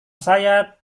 saya